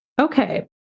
Okay